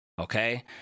okay